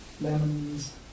lemons